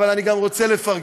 אבל אני גם רוצה לפרגן.